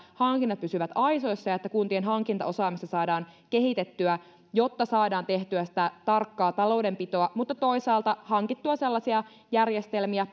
hankinnat pysyvät aisoissa ja että kuntien hankintaosaamista saadaan kehitettyä jotta saadaan tehtyä sitä tarkkaa taloudenpitoa mutta toisaalta hankittua sellaisia järjestelmiä